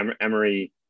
Emory